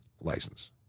license